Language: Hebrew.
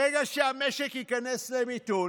ברגע שהמשק ייכנס למיתון,